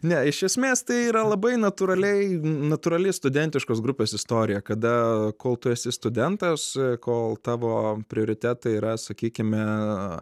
ne iš esmės tai yra labai natūraliai natūrali studentiškos grupės istorija kada kol tu esi studentas kol tavo prioritetai yra sakykime